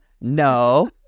no